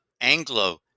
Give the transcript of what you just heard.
anglo